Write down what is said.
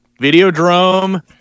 Videodrome